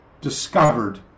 discovered